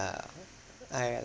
ah ya lah